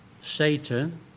Satan